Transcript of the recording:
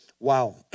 Wow